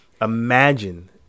Imagine